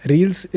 Reels